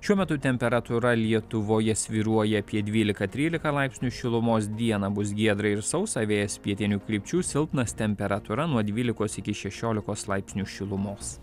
šiuo metu temperatūra lietuvoje svyruoja apie dvyliką tryliką laipsnių šilumos dieną bus giedra ir sausa vėjas pietinių krypčių silpnas temperatūra nuo dvylikos iki šešiolikos laipsnių šilumos